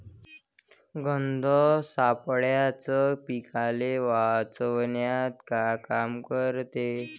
गंध सापळ्याचं पीकाले वाचवन्यात का काम रायते?